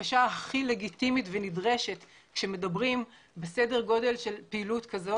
בקשה הכי לגיטימית ונדרשת כשמדברים בפעילות בסדר גודל כזה,